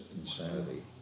insanity